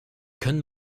können